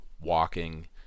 walking